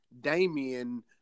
Damian